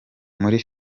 muri